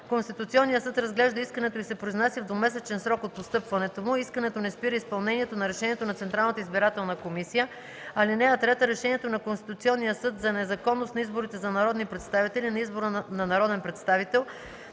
Конституционният съд разглежда искането и се произнася в двумесечен срок от постъпването му. Искането не спира изпълнението на решението на Централната избирателна комисия. (3) Решението на Конституционния съд за незаконност на изборите за народни представители или на избора на народен представител